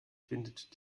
findet